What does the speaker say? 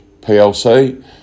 PLC